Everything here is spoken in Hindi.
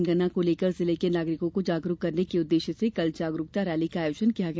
जनगणना को लेकर जिले के नागरिकों को जागरुक करने के उद्देश्य से कल जागरुकता रैली का आयोजन किया गया